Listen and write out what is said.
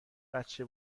بچه